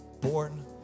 born